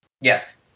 Yes